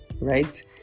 right